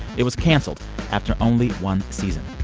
it was canceled after only one season.